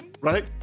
Right